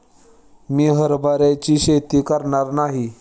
मी हरभऱ्याची शेती करणार नाही